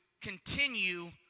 continue